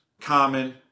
common